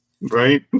right